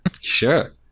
Sure